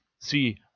see